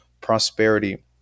prosperity